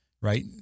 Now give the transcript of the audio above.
right